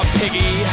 piggy